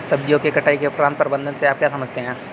सब्जियों के कटाई उपरांत प्रबंधन से आप क्या समझते हैं?